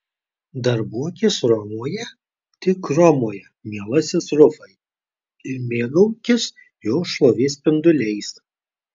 darbuokis romoje tik romoje mielasis rufai ir mėgaukis jos šlovės spinduliais